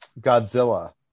godzilla